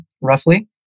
roughly